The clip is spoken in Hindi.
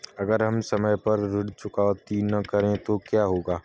अगर हम समय पर ऋण चुकौती न करें तो क्या होगा?